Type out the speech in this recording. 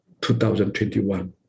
2021